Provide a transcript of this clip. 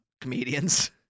comedians